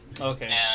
Okay